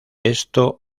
esto